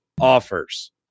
offers